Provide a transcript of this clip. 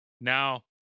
now